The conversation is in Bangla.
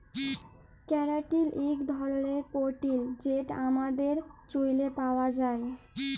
ক্যারাটিল ইক ধরলের পোটিল যেট আমাদের চুইলে পাউয়া যায়